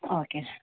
okay